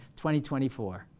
2024